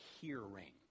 hearing